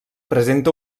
presenta